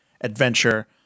adventure